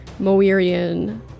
Moirian